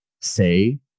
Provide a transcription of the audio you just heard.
say